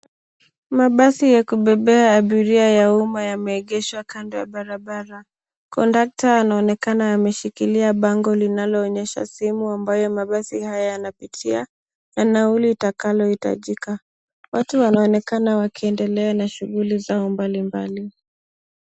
Mabasi ya kubebea abiria ya umma yameegeshwa kando ya barabara. Kondakta anaonekana ameshikilia bango linaloonyesha sehemu ambayo mabasi haya yanapitia na nauli itakalohitajika. Watu wanaonekana wakiendelea na shughuli zao mbalimbali.